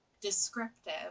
descriptive